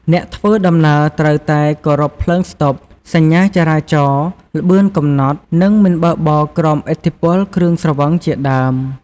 អ្នកធ្វើដំណើរត្រូវតែ គោរពភ្លើងស្តុប សញ្ញាចរាចរណ៍ ល្បឿនកំណត់ និងមិនបើកបរក្រោមឥទ្ធិពលគ្រឿងស្រវឹង ជាដើម។